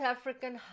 African